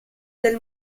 del